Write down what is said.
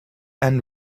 and